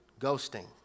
Ghosting